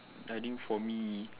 I think for me